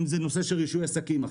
אם זה נושא של רישוי עסקים,